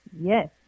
Yes